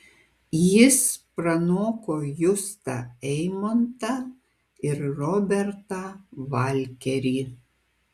jis pranoko justą eimontą ir robertą valkerį